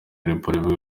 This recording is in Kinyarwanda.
raporo